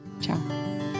ciao